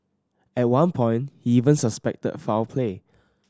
at one point he even suspected foul play